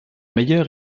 meilleur